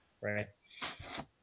right